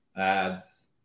ads